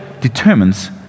determines